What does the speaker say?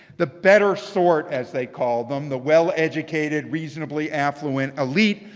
the better sort as they called them, the well-educated, reasonably affluent elite,